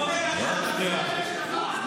הוא כבר עכשיו עובד.